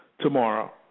tomorrow